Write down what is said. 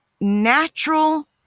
natural